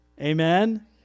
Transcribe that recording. Amen